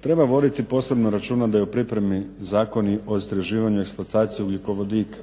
Treba voditi posebno računa da je u pripremi Zakon i o istraživanju eksploatacije ugljikovodika.